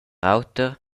auter